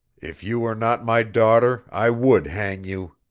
if you were not my daughter i would hang you.